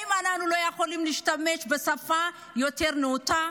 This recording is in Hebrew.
האם אנחנו לא יכולים להשתמש בשפה יותר נאותה?